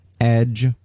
Edge